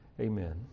Amen